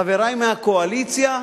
חברי מהקואליציה,